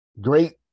Great